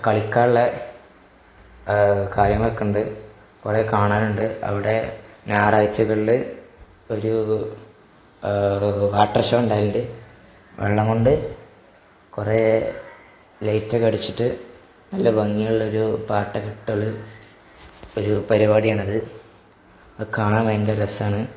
കളിക്കാനുള്ള കാര്യങ്ങളൊക്കെയുണ്ട് കുറേ കാണാനുണ്ട് അവിടെ ഞായറാഴ്ചകളിൽ ഒരു വാട്ടർ ഷോ ഉണ്ടാകലുണ്ട് വെള്ളം കൊണ്ട് കുറേ ലൈറ്റൊക്കെ അടിച്ചിട്ട് നല്ല ഭംഗിയുള്ളൊരു പാട്ടൊക്കെ ഇട്ടൊരു ഒരു പരിപാടിയാണത് അത് കാണാൻ ഭയങ്കര രസമാണ്